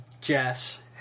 Jess